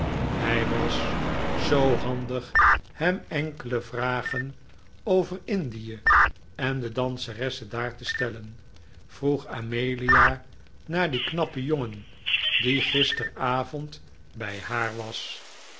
hij was zoo handig hem enkele vragen over indie en de danseressen daar te stellen vroeg amelia naar dien knappen jongen die gisteravond bij haar was